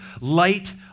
Light